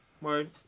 Word